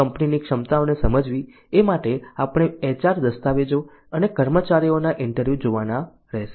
પ્રથમ કંપનીની ક્ષમતાઓને સમજવી એ માટે આપણે એચઆર દસ્તાવેજો અને કર્મચારીઓના ઇન્ટરવ્યુ જોવાનું રહેશે